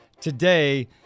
today